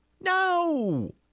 No